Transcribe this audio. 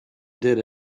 did